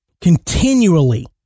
continually